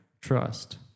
trust